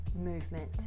movement